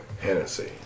Hennessy